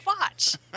watch